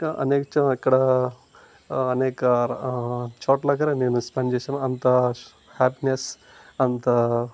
అనేక చో ఇక్కడా అనేక చోట్ల దగ్గర నేను స్పెండ్ చేశాను అంతా హ్యాపీనెస్ అంతా